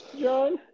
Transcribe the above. John